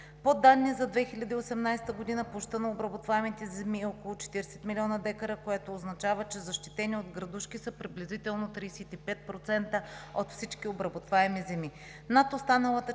По данни за 2018 г. площта на обработваемите земи е около 40 милиона декара, което означава, че защитени от градушки са приблизително 35% от всички обработваеми земи. Над останалата част